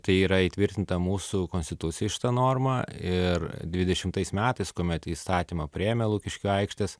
tai yra įtvirtinta mūsų konstitucijoj šita norma ir dvidešimtais metais kuomet įstatymą priėmė lukiškių aikštės